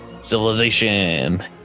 Civilization